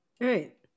right